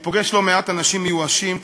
אני פוגש לא מעט אנשים מיואשים,